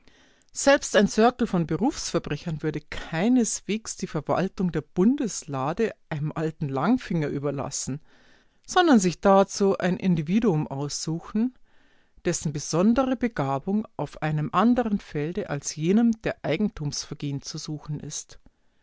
selbst ein cercle von berufsverbrechern würde keineswegs die verwaltung der bundeslade einem alten langfinger überlassen sondern sich dazu ein individuum aussuchen dessen besondere begabung auf einem anderen felde als jenem der eigentumsvergehen zu suchen ist